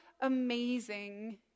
amazing